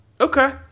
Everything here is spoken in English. Okay